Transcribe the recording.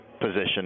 position